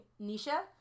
Nisha